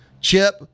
Chip